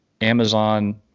Amazon